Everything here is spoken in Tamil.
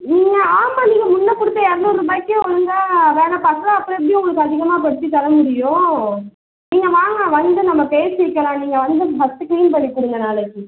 நீங்கள் ஆமாம் நீங்கள் முன்னே கொடுத்த இரநூறுபாய்க்கே ஒழுங்காக வேலை பார்க்குல அப்புறம் எப்படி உங்களுக்கு அதிகமாப்படுத்தி தர முடியும் நீங்கள் வாங்க வந்து நம்ம பேசிக்கலாம் நீங்கள் வந்து ஃபஸ்ட்டு கிளீன் பண்ணிக் கொடுங்க நாளைக்கு